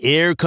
Air